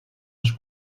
les